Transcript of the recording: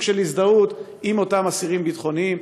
של הזדהות עם אותם אסירים ביטחוניים.